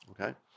okay